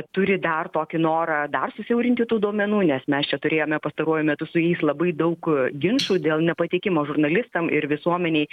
turi dar tokį norą dar susiaurinti tų duomenų nes mes čia turėjome pastaruoju metu su jais labai daug ginčų dėl nepateikimo žurnalistam ir visuomenei